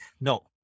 No